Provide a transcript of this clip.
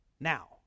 now